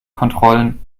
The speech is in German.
kontrollen